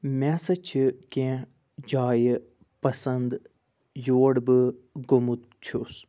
مےٚ ہَسا چھِ کیٚنٛہہ جایہِ پَسَنٛد یور بہٕ گوٚمُت چھُس